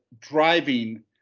driving